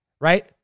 right